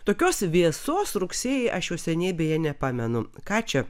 tokios vėsos rugsėjį aš jau seniai beje nepamenu ką čia